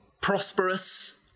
prosperous